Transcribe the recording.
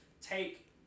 take